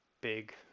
big